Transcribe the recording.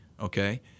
okay